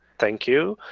thank you,